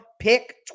pick